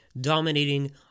dominating